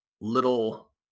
little